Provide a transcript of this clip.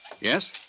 Yes